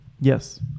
Yes